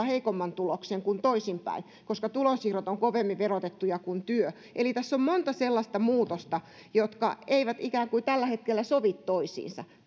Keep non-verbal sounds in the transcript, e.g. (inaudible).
(unintelligible) heikomman tuloksen kuin toisinpäin koska tulonsiirrot ovat kovemmin verotettuja kuin työ eli tässä on monta sellaista muutosta jotka eivät ikään kuin tällä hetkellä sovi toisiinsa